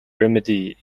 remedy